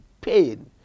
pain